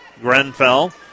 Grenfell